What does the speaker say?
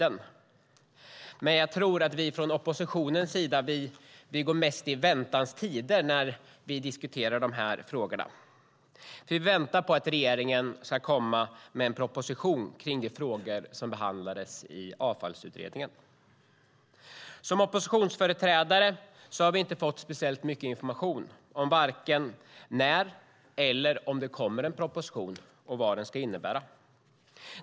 Vi från oppositionens sida går dock mest i väntans tider när vi diskuterar dessa frågor, för vi väntar på att regeringen ska komma med en proposition i de frågor som behandlades i Avfallsutredningen. Vi oppositionsföreträdare har inte fått särskilt mycket information avseende om och när det kommer en proposition och vad den i så fall ska innehålla.